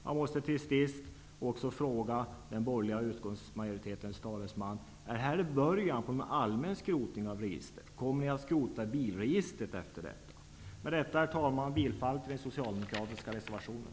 Jag måste till sist fråga den borgerliga utskottsmajoritetens talesman: Är detta början på en allmän skrotning av register? Kommer ni efter detta att skrota även bilregistret? Med det anförda, herr talman, yrkar jag bifall till den socialdemokratiska reservationen.